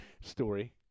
story